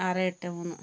ആറ് എട്ട് മൂന്ന്